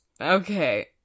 Okay